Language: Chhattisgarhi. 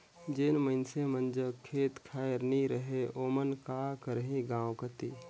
जेन मइनसे मन जग खेत खाएर नी रहें ओमन का करहीं गाँव कती